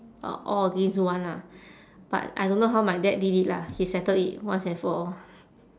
uh all against one ah but I don't know how my dad did it lah he settle it once and for all